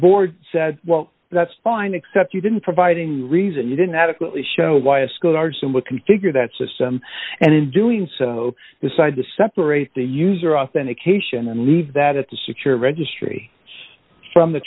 board said well that's fine except you didn't provide any reason you didn't adequately show why a schoolyard symbol can figure that system and in doing so decide to separate the user authentication and leave that at the secure registry from the